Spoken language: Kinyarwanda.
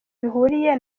bihuriye